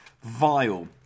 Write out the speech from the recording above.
vile